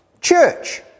Church